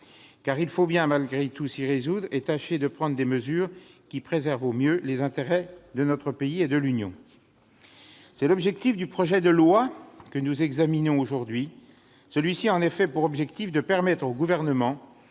Il faut bien, malgré tout, s'y résoudre, et tâcher de prendre des mesures qui préservent au mieux les intérêts de notre pays et de l'Union. L'objet du projet de loi que nous examinons aujourd'hui est de permettre au Gouvernement